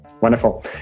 Wonderful